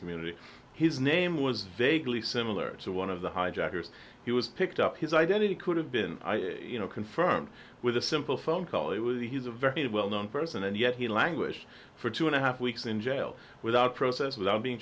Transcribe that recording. community his name was vaguely similar to one of the hijackers he was picked up his identity could have been you know confirmed with a simple phone call he was he's a very well known person and yet he languished for two and a half weeks in jail without process without being